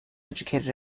educated